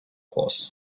course